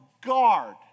guard